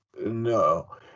No